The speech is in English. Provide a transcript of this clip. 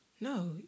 No